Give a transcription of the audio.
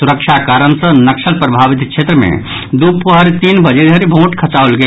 सुरक्षा कारण सॅ नक्सल प्रभावित क्षेत्र मे दुपहर तीन बजे धरि वोट खसाओल गेल